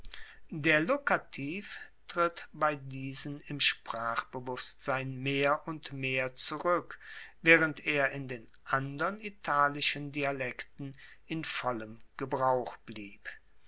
der lokativ tritt bei diesen im sprachbewusstsein mehr und mehr zurueck waehrend er in den andern italischen dialekten in vollem gebrauch blieb